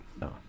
No